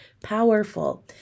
powerful